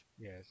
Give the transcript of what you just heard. Yes